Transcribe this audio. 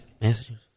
Massachusetts